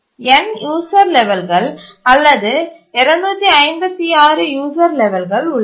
N user லெவல்கள் அல்லது 256 user லெவல்கள் உள்ளன